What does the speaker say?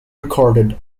recorded